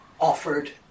offered